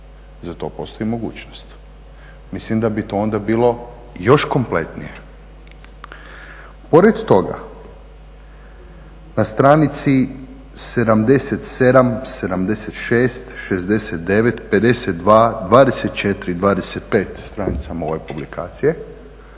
Za to postoji mogućnost. Mislim da bi to onda bilo još kompletnije. Pored toga na stranici 77., 76., 69., 52., 24., 25. stranice ove publikacije